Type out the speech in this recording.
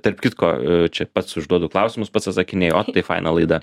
tarp kitko čia pats užduodu klausimus pats atsakinėju o tai faina laida